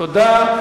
תודה.